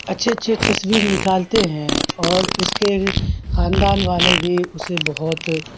اچھے اچھے تصویر نکالتے ہیں اور اس کے خاندان والے بھی اسے بہت